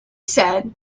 said